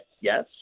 yes